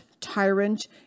tyrant